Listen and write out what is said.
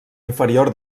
inferior